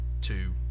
two